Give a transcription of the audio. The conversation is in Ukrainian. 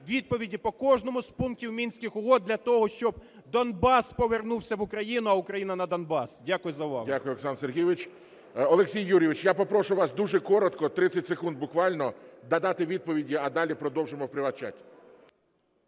відповіді по кожному з пунктів Мінських угод, для того щоб Донбас повернувся в Україну, а Україна - на Донбас. Дякую за увагу. ГОЛОВУЮЧИЙ. Дякую, Олександр Сергійович. Олексій Юрійович, я попрошу вас дуже коротко, 30 секунд буквально, надати відповіді, а далі продовжимо в приват-чаті.